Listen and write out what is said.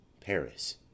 Paris